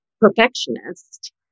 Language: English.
perfectionist